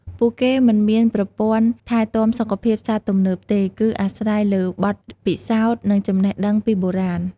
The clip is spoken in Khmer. ពួកគេមិនមានប្រព័ន្ធថែទាំសុខភាពសត្វទំនើបទេ គឺអាស្រ័យលើបទពិសោធន៍និងចំណេះដឹងពីបុរាណ។